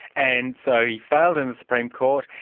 and so he failed in the supreme court,